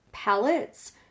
Palettes